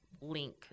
link